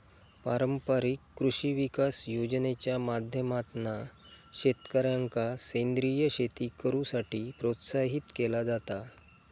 पारंपारिक कृषी विकास योजनेच्या माध्यमातना शेतकऱ्यांका सेंद्रीय शेती करुसाठी प्रोत्साहित केला जाता